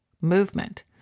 movement